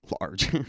large